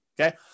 okay